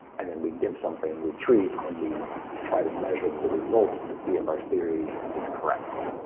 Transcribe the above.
and then we'd give something, we treat, and we try to measure the results to see if our theory is correct.